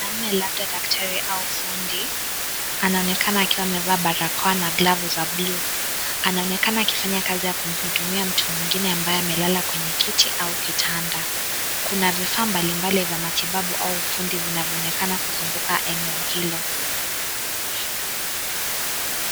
Mwanaume labda daktari au fundi. Anaonekana akiwa amevaa barakoa na glavu za buluu. Anaonekana akiwa anafanya kazi ya kumhudumia mtu mwingine ambaye amelala kwenye kiti au kitanda. Kuna vifaa mbalimbali vya matibabu au ufundi vinavyoonekana kuzunguka eneo hilo.